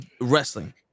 wrestling